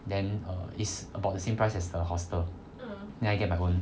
then err is about the same price as the hostel then I get my own